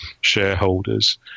shareholders